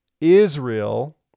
Israel